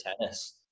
tennis